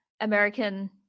American